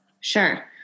Sure